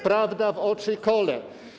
Prawda w oczy kole.